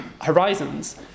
horizons